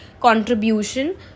contribution